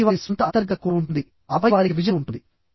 వారికి వారి స్వంత అంతర్గత కోర్ ఉంటుంది ఆపై వారికి విజన్ ఉంటుంది